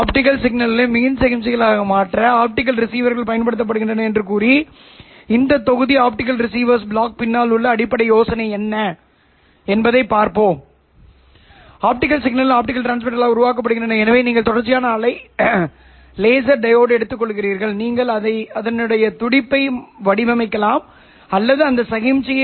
optical சிக்னலை உருவாக்குவதற்கு உள்வரும் சிக்னலுடன் ஒப்பிடுவதற்கு குறிப்பு சமிக்ஞையாகப் பயன்படுத்தப்படும் அடிப்படை ஒத்திசைவான ரிசீவர் சிஸ்டம் என்ன என்பதை நீங்கள் நினைவு கூர்ந்தால் நீங்கள் ஒரு சூப்பர் ஹீட்டோரோடைன் ரிசீவர் அல்லது ஒரு ஹீட்டோரோடைன் ரிசீவரைப் படித்திருக்க வேண்டும் என்பது உங்களுக்குத் தெரியும்